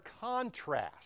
contrast